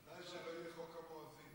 בתנאי שלא יהיה חוק המואזין.